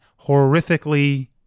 horrifically